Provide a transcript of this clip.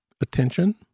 attention